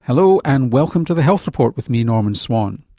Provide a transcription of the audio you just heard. hello and welcome to the health report with me, norman swan.